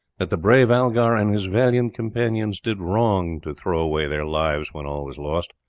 that the brave algar and his valiant companions did wrong to throw away their lives when all was lost.